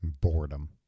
boredom